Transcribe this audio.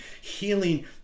healing